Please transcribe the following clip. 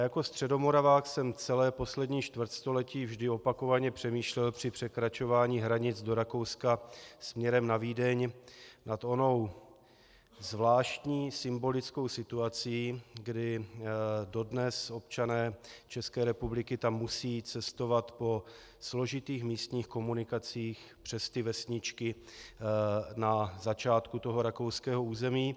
A jako Středomoravák jsem celé poslední čtvrtstoletí vždy opakovaně přemýšlel při překračování hranic do Rakouska směrem na Vídeň nad onou zvláštní symbolickou situací, kdy dodnes občané České republiky tam musí cestovat po složitých místních komunikacích, přes vesničky na začátku rakouského území.